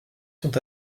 sont